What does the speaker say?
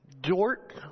Dort